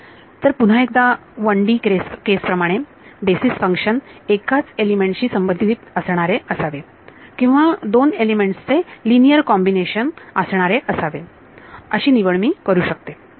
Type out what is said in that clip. तर पुन्हा एकदा 1D केस प्रमाणे बेसीस फंक्शन एकाच एलिमेंट शी संबंधित असणारे असावे किंवा दोन एलिमेंट्स चे लिनियर कॉम्बिनेशन असणारे असावे अशी निवड मी करू शकते